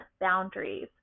boundaries